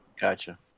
gotcha